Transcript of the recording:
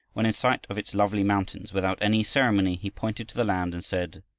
when in sight of its lovely mountains without any ceremony he pointed to the land and said,